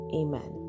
amen